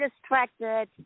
distracted